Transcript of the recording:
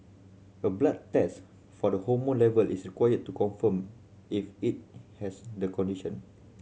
a blood test for the hormone level is required to confirm if it has the condition